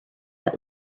that